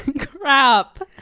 crap